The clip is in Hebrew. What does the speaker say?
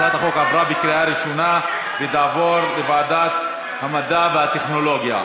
הצעת החוק עברה בקריאה ראשונה ותעבור לוועדת המדע והטכנולוגיה.